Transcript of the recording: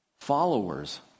followers